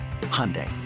Hyundai